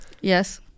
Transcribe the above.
Yes